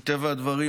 מטבע הדברים,